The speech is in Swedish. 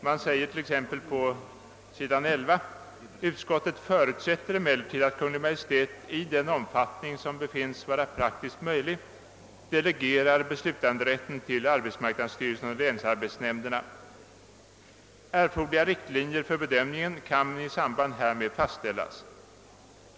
På sidan 11 i utskottsutlåtandet sägs: »Utskottet förutsätter emellertid att Kungl. Maj:t i den omfattning som befinns vara praktiskt möjlig delegerar beslutanderätten till arbetsmarknadsstyrelsen och länsarbetsnämnderna. Erforderliga riktlinjer för bedömningen kan i samband härmed fastställas.